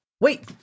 Wait